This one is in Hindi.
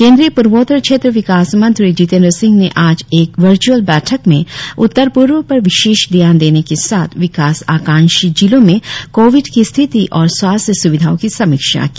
केन्द्रीय पूर्वोत्तर क्षेत्र विकास मंत्री जितेन्द्र सिंह ने आज एक वर्च्अल बैठक में उत्तर पूर्व पर विशेष ध्यान देने के साथ विकास आकांक्षी जिलों में कोविड की स्थिति और स्वास्थ्य स्विधाओं की समीक्षा की